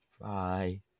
Bye